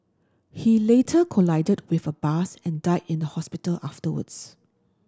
he later collided with a bus and died in the hospital afterwards